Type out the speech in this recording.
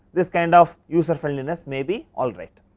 this kind of user friendliness may be alright.